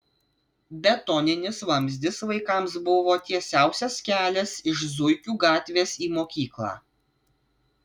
betoninis vamzdis vaikams buvo tiesiausias kelias iš zuikių gatvės į mokyklą